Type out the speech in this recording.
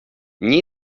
nie